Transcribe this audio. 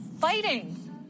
fighting